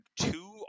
two